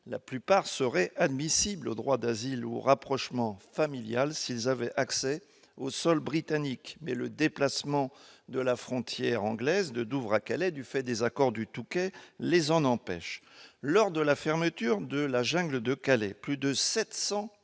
La plupart seraient admissibles au droit d'asile ou au rapprochement familial s'ils avaient accès au sol britannique. Mais le déplacement de la frontière anglaise de Douvres à Calais du fait des accords du Touquet les en empêche. Lors de la fermeture de la jungle de Calais, plus de 700